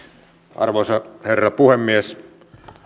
arvoisa herra puhemies